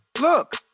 Look